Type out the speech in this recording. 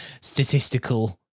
statistical